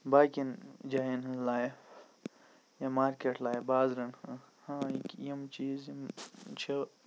باقِیَن جایَن ہنٛز لایِف یا مارکیٚٹ لایِف بازرَن حالانٛکہِ یِم چیز یِم چھ